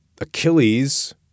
Achilles